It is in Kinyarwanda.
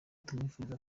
tumwifuriza